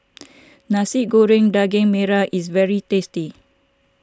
Nasi Goreng Daging Merah is very tasty